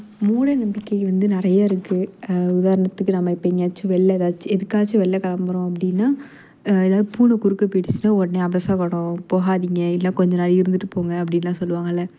மூடநம்பிக்கை வந்து நிறைய இருக்குது உதாரணத்துக்கு நாம் இப்போ எங்கேயாச்சும் வெளில ஏதாச்சும் எதுக்காச்சும் வெளில கிளம்புறோம் அப்படின்னா ஏதாவது பூனை குறுக்கே போய்டுச்சின்னா உடனே அபசகுணம் போகாதிங்க இல்லை கொஞ்சம் நாழி இருந்துவிட்டு போங்க அப்படிலாம் சொல்லுவாங்கள்ல